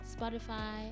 Spotify